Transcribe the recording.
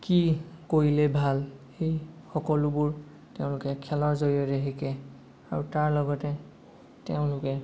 কি কৰিলে ভাল এই সকলোবোৰ তেওঁলোকে খেলৰ জৰিয়তে শিকে আৰু তাৰ লগতে তেওঁলোকে